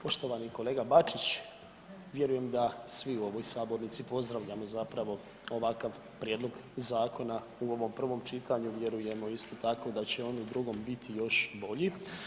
Poštovani kolega Bačić vjerujem da svi u ovoj sabornici pozdravljamo zapravo ovakav Prijedlog zakona u ovom prvom čitanju vjerujemo isto tako da će on u drugom biti još bolji.